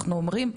אנחנו אומרים,